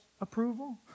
approval